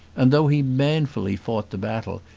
and though he manfully fought the battle,